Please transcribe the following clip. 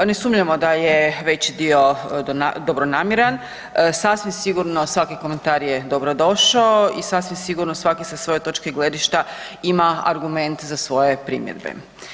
Ne sumnjamo da je veći dio dobronamjeran, sasvim sigurno svaki komentar je dobrodošao i sasvim sigurno svaki sa svoje točke gledišta ima argument za svoje primjedbe.